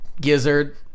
gizzard